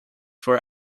for